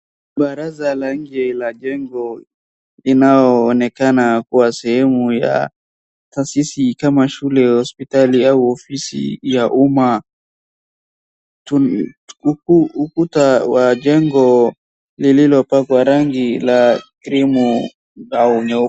Baraza la nje la jengo linaonekana kuwa sehemu ya taasisi kama shule au hospitali au ofisi ya umma. Huku ukuta wa jengo lililopakwa rangi la krimi au nyeupe.